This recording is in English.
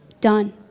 Done